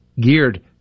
geared